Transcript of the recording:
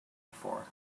before